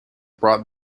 brought